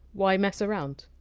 why mess around?